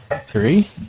three